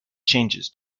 changes